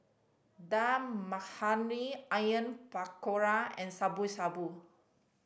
Dal Makhani Onion Pakora and Shabu Shabu